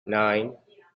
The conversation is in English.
nine